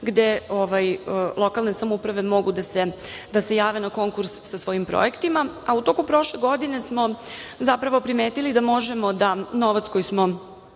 gde lokalne samouprave mogu da se jave na konkurs sa svojim projektima, a u toku prošle godine smo zapravo primetili da možemo da novac koji smo